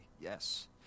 Yes